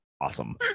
Awesome